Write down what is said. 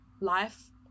life